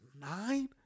nine